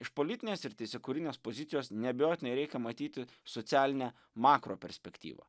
iš politinės ir teisėkūrinės pozicijos neabejotinai reikia matyti socialinę makroperspektyvą